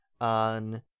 on